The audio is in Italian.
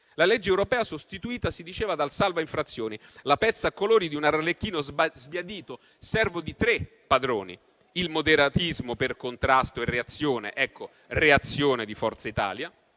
La legge europea sostituita - si diceva - dal salva infrazioni; la pezza a colori di un arlecchino sbiadito, servo di tre padroni: il moderatismo, per contrasto e reazione - e sottolineo reazione - di Forza Italia;